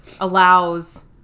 allows